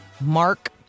Mark